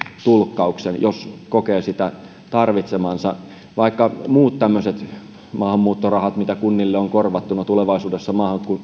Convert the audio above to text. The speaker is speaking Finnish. tulkkauksen jos kokee sitä tarvitsevansa vaikka tämmöiset muut maahanmuuttorahat mitä kunnille on korvattu no tulevaisuudessa